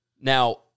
Now